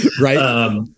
Right